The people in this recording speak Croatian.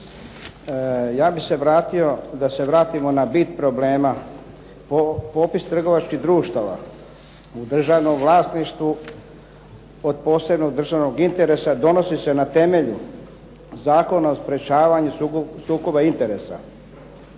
Ja bih se vratio da se vratimo na bit problema. Popis trgovačkih društava u državnom vlasništvu od posebnog državnog interesa donosi se na temelju zakona o sprječavanju sukoba interesa